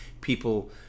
people